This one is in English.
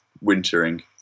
wintering